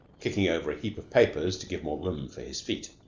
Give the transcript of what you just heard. kicking over a heap of papers to give more room for his feet.